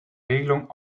regelung